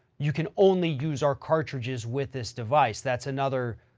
you can only use our cartridges with this device. that's another,